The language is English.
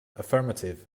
affirmative